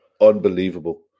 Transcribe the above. unbelievable